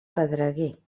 pedreguer